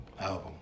album